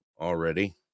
already